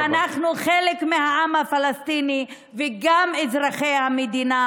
אנחנו חלק מהעם הפלסטיני וגם אזרחי המדינה.